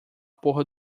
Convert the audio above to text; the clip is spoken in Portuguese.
pôr